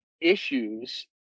issues